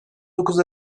dokuz